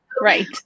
right